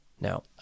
Now